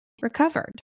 recovered